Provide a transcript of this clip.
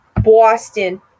Boston